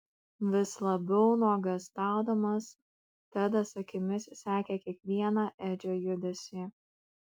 vis labiau nuogąstaudamas tedas akimis sekė kiekvieną edžio judesį